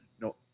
no